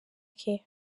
care